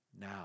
now